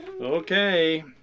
Okay